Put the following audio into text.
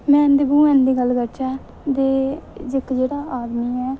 man ते woman दी गल्ल करचै ते इक्क जेह्ड़ा आदमी ऐ